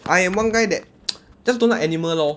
I am one guy that just don't like animal lor